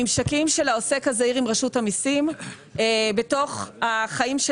יהיו כשלושה ממשקים של העוסק הזעיר עם רשות המסים בתוך החיים של